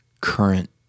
current